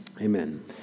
Amen